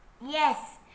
Yes